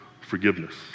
forgiveness